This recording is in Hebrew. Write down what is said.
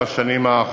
עשר שנים,